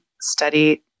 study